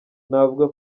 navuga